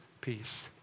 peace